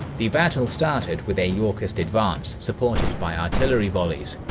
the battle started with a yorkist advance supported by artillery volleys,